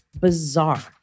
bizarre